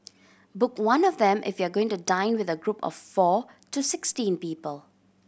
book one of them if you are going to dine with a group of four to sixteen people